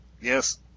yes